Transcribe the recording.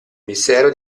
mistero